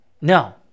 No